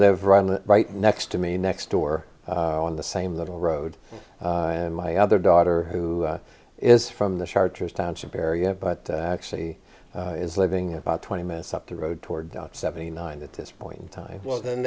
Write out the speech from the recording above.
live run right next to me next door on the same little road and my other daughter who is from the chartreuse township area but actually is living about twenty minutes up the road toward seventy nine at this point in time well then